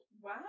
Wow